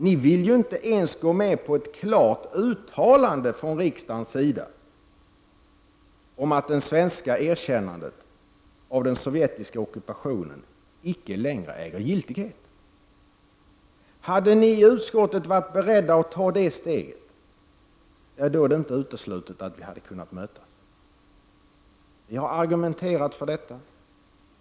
Ni vill ju inte ens gå med på ett klart uttalande från riksdagens sida om att det svenska erkännandet av den sovjetiska ockupationen inte längre äger giltighet. Hade ni i utskottet varit beredda att ta det steget, då är det inte uteslutet att vi hade kunnat mötas, Vi har argumenterat för detta.